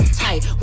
tight